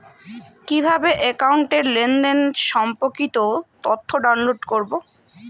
কিভাবে একাউন্টের লেনদেন সম্পর্কিত তথ্য ডাউনলোড করবো?